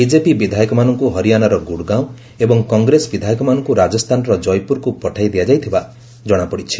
BJP ବିଧାୟକମାନଙ୍କୁ ହରିଆଣାର ଗୁରୁଗାଓଁ ଏବଂ କଂଗ୍ରେସ ବିଧାୟକମାନଙ୍କୁ ରାଜସ୍ଥାନର ଜୟପୁରକୁ ପଠାଇ ଦିଆଯାଇଥିବା ଜଣାପଡ଼ିଛି